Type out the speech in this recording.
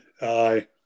Aye